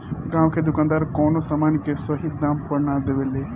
गांव के दुकानदार कवनो समान के सही दाम पर ना देवे ले